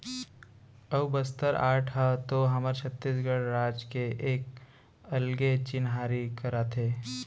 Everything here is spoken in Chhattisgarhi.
अऊ बस्तर आर्ट ह तो हमर छत्तीसगढ़ राज के एक अलगे चिन्हारी कराथे